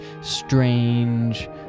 strange